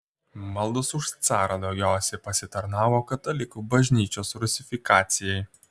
maldos už carą daugiausiai pasitarnavo katalikų bažnyčios rusifikacijai